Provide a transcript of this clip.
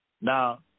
Now